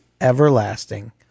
everlasting